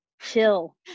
Chill